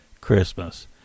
Christmas